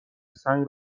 سنگ